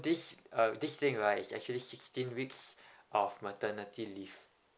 this uh this thing right is actually sixteen weeks of maternity leave